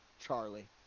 Charlie